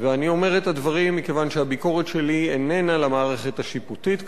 אני אומר את הדברים מכיוון שהביקורת שלי איננה על המערכת השיפוטית כאן,